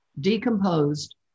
decomposed